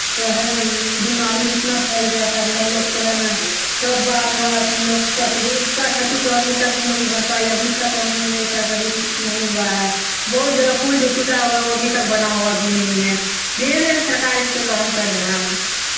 तो है ना बीमारी भी इतना फैल गया था कि हम लोग तो है ना कब बाढ़ हुआ है तो हम लोग का तो जो उसका क्षति तो अभी तक हम लोग भी भरपाई अभी तक मेरे ख्याल से अभी नहीं हुआ है बहुत जगह पुल जो टूटा हुआ है वो अभी तक बना हुआ भी नहीं है धीरे धीरे सरकार इस पर काम कर रहा है